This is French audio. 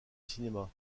cinéma